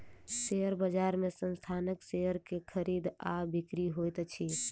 share बजार में संस्थानक शेयर के खरीद आ बिक्री होइत अछि